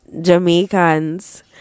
jamaicans